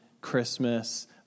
Christmas